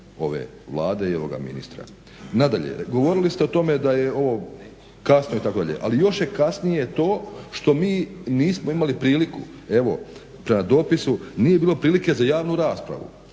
ove Vlade i ovoga ministra. Nadalje, govorili ste o tome da je ovo kasno itd., ali još je kasnije to što mi nismo imali priliku, evo prema dopisu, nije bilo prilike za javnu raspravu.